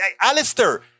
Alistair